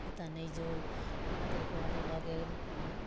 ओतय नहि जो ताहिके बाद भऽ गेल